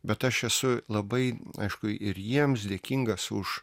bet aš esu labai aišku ir jiems dėkingas už